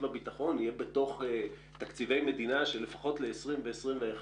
הביטחון יהיה בתוך תקציבי מדינה שלפחות ב-20' וב-21'